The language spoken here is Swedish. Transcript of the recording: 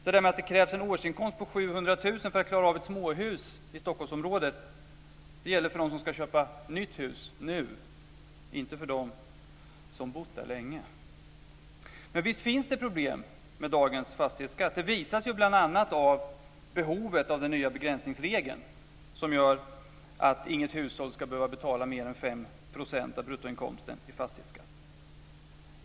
Detta att det krävs en årsinkomst på 700 000 kr för att klara av ett småhus i Stockholmsområdet gäller för de som ska köpa nytt hus nu, inte för de som bott där länge. Men visst finns det problem med dagens fastighetsskatt. Det visar sig bl.a. av behovet av den nya begränsningsregeln som gör att inget hushåll ska behöva betala mer än 5 % av bruttoinkomsten i fastighetsskatt.